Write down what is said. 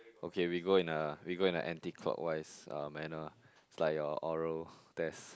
okay we go in a we go in a anti clockwise uh manner it's like your oral test